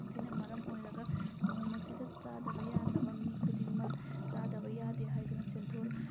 ꯑꯁꯤꯅ ꯃꯔꯝ ꯑꯣꯏꯔꯒ ꯅꯣꯡꯃꯁꯤꯗ ꯆꯥꯗꯕ ꯌꯥꯗ꯭ꯔꯕ ꯃꯤ ꯈꯨꯗꯤꯡꯃꯛ ꯆꯥꯗꯕ ꯌꯥꯗꯦ ꯍꯥꯏꯗꯨꯅ